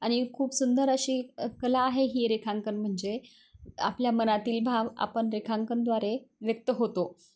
आणि खूप सुंदर अशी कला आहे ही रेखांकन म्हणजे आपल्या मनातील भाव आपण रेखांकनाद्वारे व्यक्त होतो